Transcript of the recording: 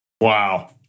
Wow